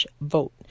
vote